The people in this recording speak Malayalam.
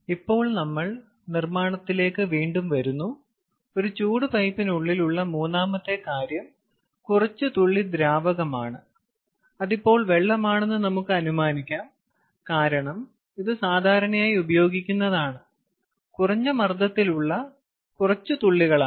ഇപ്പോൾ നമ്മൾ നിർമ്മാണത്തിലേക്ക് വീണ്ടും വരുന്നു ഒരു ചൂട് പൈപ്പിനുള്ളിൽ ഉള്ള മൂന്നാമത്തെ കാര്യം കുറച്ച് തുള്ളി ദ്രാവകമാണ് അത് ഇപ്പോൾ വെള്ളമാണെന്ന് നമുക്ക് അനുമാനിക്കാം കാരണം ഇത് സാധാരണയായി ഉപയോഗിക്കുന്നതാണ് കുറഞ്ഞ മർദ്ദത്തിലുള്ള കുറച്ചു തുള്ളികളാണ്